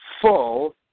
full